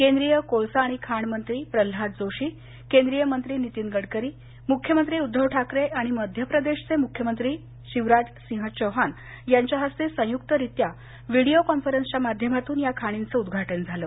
केंद्रीय कोळसा आणि खाण मंत्री प्रल्हाद जोशी केंद्रीय मंत्री नितीन गडकरी मुख्यमंत्री उद्धव ठाकरे आणि मध्यप्रदेशचे मुख्यमंत्री शिवराज सिंह चौहान यांच्या हस्ते संयुक्तरीत्या विडीओ कॉन्फरन्सच्या माध्यमातून या खाणींचं उद्घाटन झालं